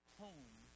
home